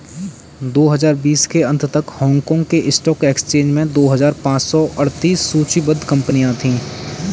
दो हजार बीस के अंत तक हांगकांग के स्टॉक एक्सचेंज में दो हजार पाँच सौ अड़तीस सूचीबद्ध कंपनियां थीं